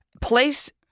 place